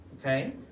Okay